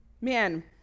Man